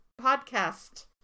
podcast